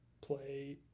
play